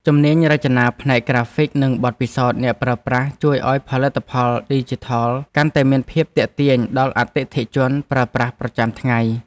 ជំនាញរចនាផ្នែកក្រាហ្វិកនិងបទពិសោធន៍អ្នកប្រើប្រាស់ ជួយឱ្យផលិតផលឌីជីថលកាន់តែមានភាពទាក់ទាញដល់អតិថិជនប្រើប្រាស់ប្រចាំថ្ងៃ។